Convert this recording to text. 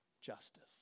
justice